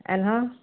ᱮᱱᱦᱚᱸ